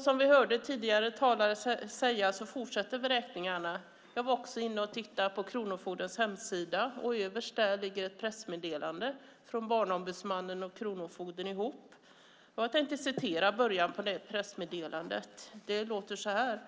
Som vi hörde tidigare talare säga fortsätter vräkningarna. Jag var inne och tittade på kronofogdens hemsida. Överst där ligger ett pressmeddelande från Barnombudsmannen och kronofogden. Jag ska citera början av detta pressmeddelande. Det lyder: